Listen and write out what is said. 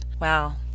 Wow